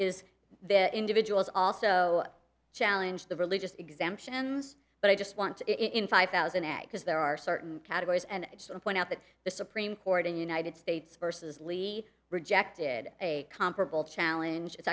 is that individuals also challenge the religious exemptions but i just want in five thousand ad because there are certain categories and point out that the supreme court in united states versus lee rejected a comparable challenge it's